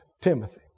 Timothy